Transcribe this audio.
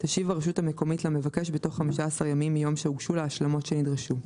תשיב הרשות המקומית למבקש בתוך 15 ימים מיום שהוגשו לה ההשלמות שנדרשו.